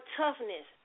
toughness